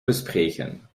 bespreken